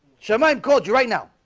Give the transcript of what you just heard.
sir mine called you right now